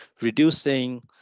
reducing